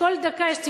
כל דקה יש צפצוף.